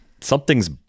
something's